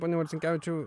pone marcinkevičiau